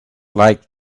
like